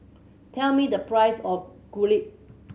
tell me the price of Kulfi